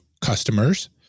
customers